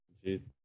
Jesus